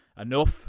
enough